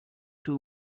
two